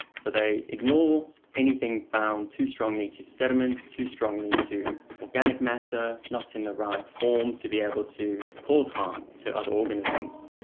so they ignore anything bound too strongly to sediments, too strongly to organic matter, not in the right form to be able to cause harm to other organisms.